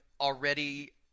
already